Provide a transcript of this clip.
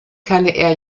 keine